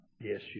yes